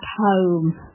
home